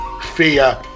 fear